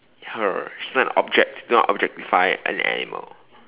her she's not an object don't objectify an animal